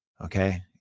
okay